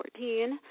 2014